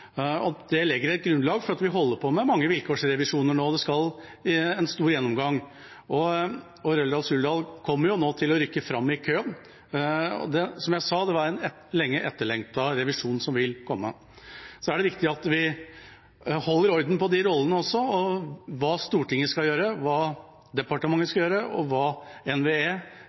og at det legger et grunnlag. For vi holder på med mange vilkårsrevisjoner nå, en stor gjennomgang, og Røldal-Suldal kommer jo nå til å rykke fram i køen. Som jeg sa, er det en lenge etterlengtet revisjon som nå vil komme. Så er det viktig at vi holder orden på rollene også – hva Stortinget skal gjøre, hva departementet skal gjøre, og hva NVE